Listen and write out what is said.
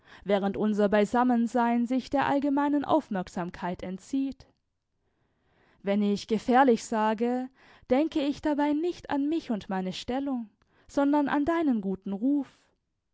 während unser beisammensein sich der allgemeinen aufmerksamkeit entzieht wenn ich gefährlich sage denke ich dabei nicht an mich und meine stellung sondern an deinen guten ruf